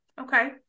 okay